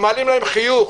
מעלים להם חיוך,